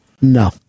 No